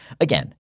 Again